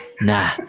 nah